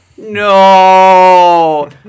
No